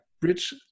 bridge